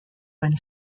when